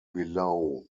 below